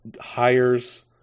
hires